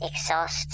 exhaust